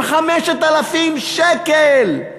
עם 5,000 שקל.